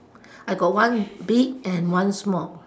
I got one big and one small